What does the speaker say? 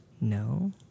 No